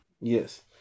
Yes